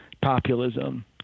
populism